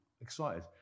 excited